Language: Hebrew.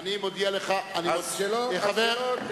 אני מודיע לך, אז שלא תדברו.